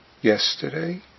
yesterday